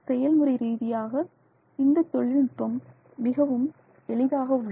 செயல்முறை ரீதியாக இந்த தொழில்நுட்பம் மிகவும் எளிதாக உள்ளது